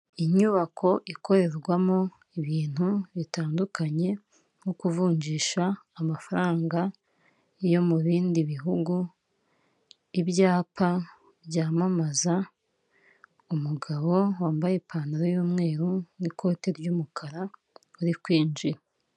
Inyubako ikorerwamo ibintu bitandukanye nko kuvunjisha amafaranga yo mu bindi bihugu, icyapa byamamaza, umugabo wambaye ipantaro y'umweru n'ikote ry'umukara uri kwinjira.